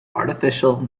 artificial